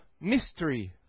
mystery